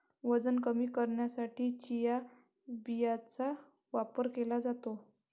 वजन कमी करण्यासाठी चिया बियांचा वापर केला जातो